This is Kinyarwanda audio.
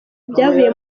ibyavuye